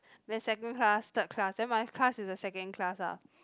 then second class third class then my class is the second class ah